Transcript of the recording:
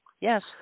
Yes